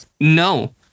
No